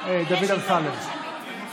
דוד אמסלם.